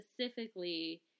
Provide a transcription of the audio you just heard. specifically